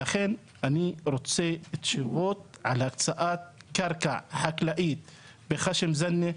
ולכן אני רוצה תשובות על הקצאת קרקע חקלאית בח'שם זנה,